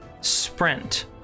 sprint